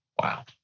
Wow